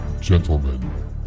gentlemen